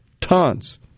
Tons